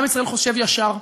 עם ישראל חושב ישר,